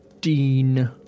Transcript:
Dean